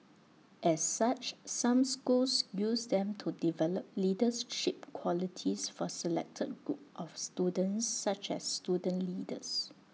as such some schools use them to develop leadership qualities for selected groups of students such as student leaders